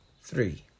three